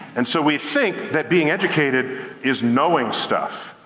and so we think that being educated is knowing stuff.